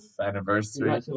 anniversary